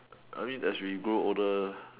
I mean as we grow older